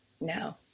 No